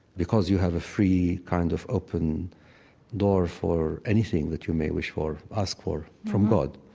because you have a free kind of open door for anything that you may wish for, ask for, from god.